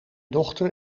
dochter